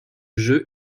jeu